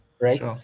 right